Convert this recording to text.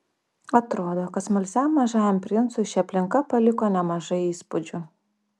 atrodo kad smalsiam mažajam princui ši aplinka paliko nemažai įspūdžių